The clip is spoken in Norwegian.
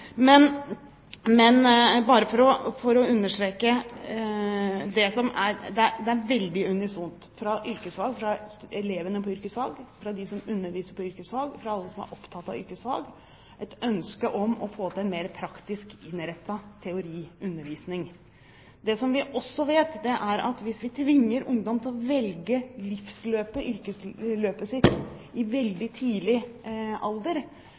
Men bare for å understreke: Det er et veldig unisont ønske fra yrkesfag, fra elevene på yrkesfag, fra dem som underviser på yrkesfag, og fra alle som er opptatt av yrkesfag, om å få til en mer praktisk innrettet teoriundervisning. Det som vi også vet, er at hvis vi tvinger ungdom til å velge livsløpet sitt i veldig tidlig alder,